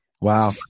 Wow